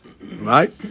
Right